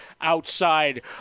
outside